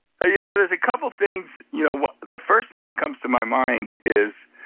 yeah there's a couple things. you know the first thing that comes to my mind is,